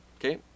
Okay